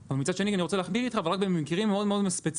אבל מצד שני הוא רוצה להכביד איתך אבל רק במקרים מאוד מאוד ספציפיים